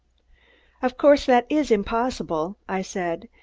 of course that is impossible, i said,